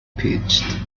pitched